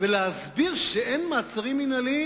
כאשר מחנכים נגד מדינת ישראל ולהשמדתה,